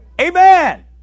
Amen